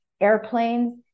airplanes